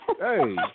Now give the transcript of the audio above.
Hey